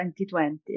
2020